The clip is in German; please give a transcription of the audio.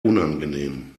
unangenehm